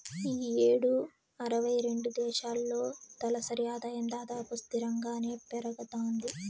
ఈ యేడు అరవై రెండు దేశాల్లో తలసరి ఆదాయం దాదాపు స్తిరంగానే పెరగతాంది